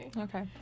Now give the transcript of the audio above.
Okay